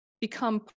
become